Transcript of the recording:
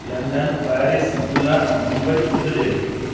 London Paris New York Mumbai Pudhu Delhi